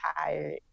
tired